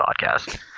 podcast